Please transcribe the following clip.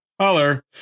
Holler